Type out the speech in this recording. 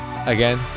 Again